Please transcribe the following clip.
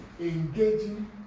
engaging